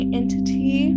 entity